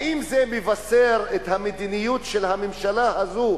האם זה מבשר את המדיניות של הממשלה הזאת,